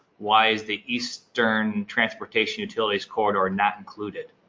why is the eastern transportation utilities corridor not included?